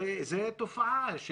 זה תופעה,